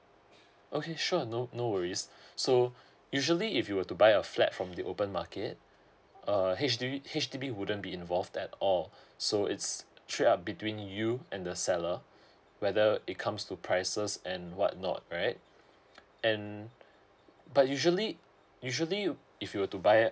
okay sure no no worries so usually if you were to buy a flat from the open market err h d H_D_B wouldn't be involved at all so it's straight up between you and the seller whether it comes to prices and what not right and but usually usually if you were to buy